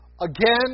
again